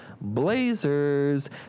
Blazers